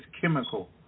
chemical